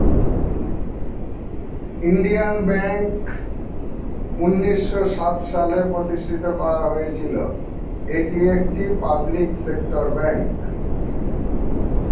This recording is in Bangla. ইন্ডিয়ান ব্যাঙ্ক উন্নিশো সাত সালে প্রতিষ্ঠিত করা হয়েছিল, এটি একটি পাবলিক সেক্টর ব্যাঙ্ক